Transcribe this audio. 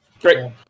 Great